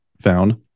found